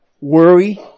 Worry